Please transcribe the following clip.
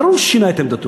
בגין, ברור ששינה את עמדתו.